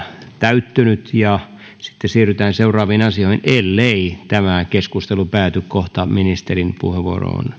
täyttynyt ja sitten siirrytään seuraaviin asioihin ellei tämä keskustelu pääty kohta ministerin puheenvuoron